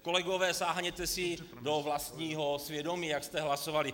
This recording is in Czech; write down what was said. Kolegové, sáhněte si do vlastního svědomí, jak jste hlasovali.